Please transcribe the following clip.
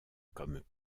comme